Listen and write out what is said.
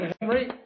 Henry